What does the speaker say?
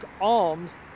alms